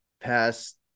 past